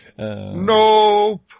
Nope